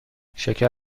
شکر